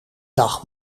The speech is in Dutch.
dag